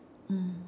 mm